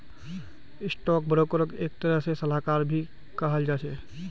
stock ब्रोकरक एक तरह से सलाहकार भी कहाल जा छे